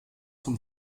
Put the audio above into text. zum